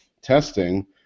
testing